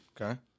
okay